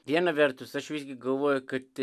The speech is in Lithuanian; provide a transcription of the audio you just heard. viena vertus aš visgi galvoju kad